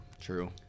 True